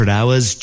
Hours